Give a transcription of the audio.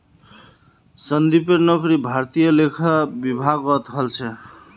संदीपेर नौकरी भारतीय लेखा विभागत हल छ